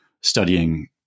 studying